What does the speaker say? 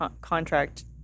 contract